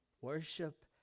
Worship